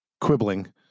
quibbling